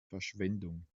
verschwendung